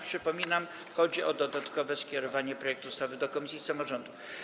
Przypominam, że chodzi o dodatkowe skierowanie projektu ustawy do komisji samorządu.